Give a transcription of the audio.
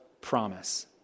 promise